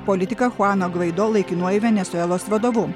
politiką chuaną gvaido laikinuoju venesuelos vadovu